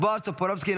בועז טופורובסקי,